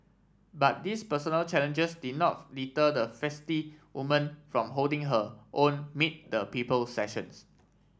but these personal challenges did not deter the feisty woman from holding her own meet the people sessions